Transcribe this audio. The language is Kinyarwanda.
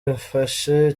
bifashe